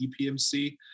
EPMC